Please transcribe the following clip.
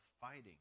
fighting